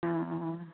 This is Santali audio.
ᱚᱻ